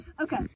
Okay